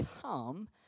come